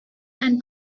and